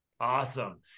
Awesome